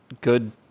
good